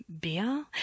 beer